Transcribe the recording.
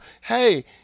hey